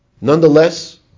Nonetheless